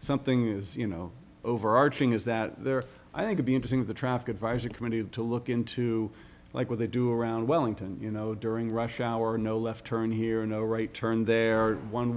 something is you know overarching is that there i think to be interesting the traffic advisory committee had to look into like what they do around wellington you know during rush hour no left turn here no right turn